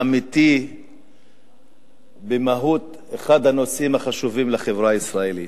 אמיתי במהות אחד הנושאים החשובים לחברה הישראלית.